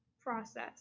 process